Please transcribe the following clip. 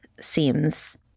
seems